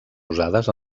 usades